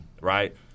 right